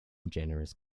generous